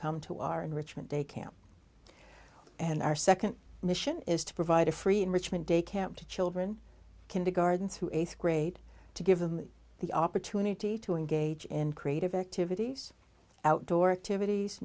come to our enrichment day camp and our second mission is to provide a free enrichment day camp to children kindergarten through eighth grade to give them the opportunity to engage in creative activities outdoor activities